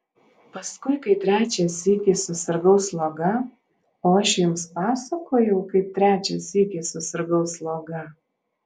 paskui kai trečią sykį susirgau sloga o aš jums pasakojau kaip trečią sykį susirgau sloga